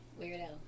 Weirdo